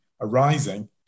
arising